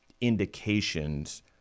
indications